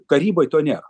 karyboj to nėra